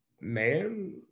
man